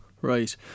Right